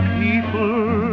people